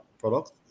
product